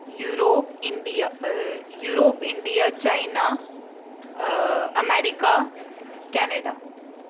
Europe India Europe India China America Canada